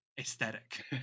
aesthetic